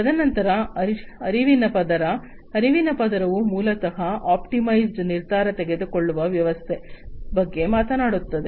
ತದನಂತರ ಅರಿವಿನ ಪದರ ಅರಿವಿನ ಪದರವು ಮೂಲತಃ ಆಪ್ಟಿಮೈಸ್ಡ್ ನಿರ್ಧಾರ ತೆಗೆದುಕೊಳ್ಳುವ ವ್ಯವಸ್ಥೆಗಳ ಬಗ್ಗೆ ಮಾತನಾಡುತ್ತದೆ